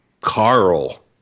Carl